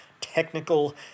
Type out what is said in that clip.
technical